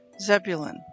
Zebulun